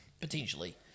potentially